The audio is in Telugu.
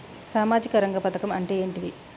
సామాజిక రంగ పథకం అంటే ఏంటిది?